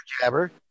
Jabber